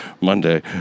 Monday